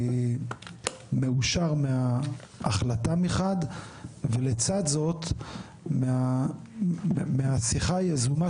אני מאושר מההחלטה מחד ולצד זאת מהשיחה היזומה